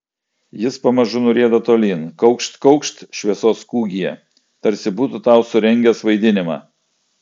jis pamažu nurieda tolyn kaukšt kaukšt šviesos kūgyje tarsi būtų tau surengęs vaidinimą